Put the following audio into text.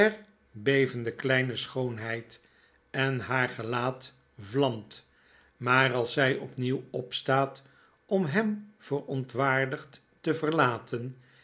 bevende kleine schoonheid en haar gelaat vlamt maar als zjj opnieuw opstaat om hem verontwaardigd te verlaten